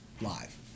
Live